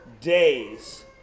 days